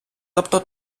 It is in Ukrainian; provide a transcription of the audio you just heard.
тобто